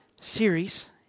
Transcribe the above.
series